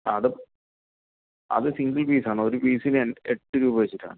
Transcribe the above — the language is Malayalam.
അത് അത് സിംഗിൾ പീസ് ആണ് ഒരു പീസിന് എട്ട് രൂപ വച്ചിട്ട് ആണ്